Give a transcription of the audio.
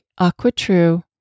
AquaTrue